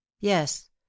yes